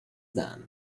done